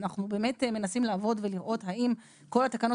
אנחנו מנסים לעבוד ולראות אם כל התקנות